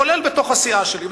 כולל בתוך הסיעה שלי.